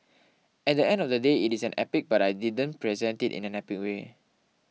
at the end of the day it is an epic but I didn't present it in an epic way